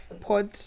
pod